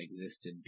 existed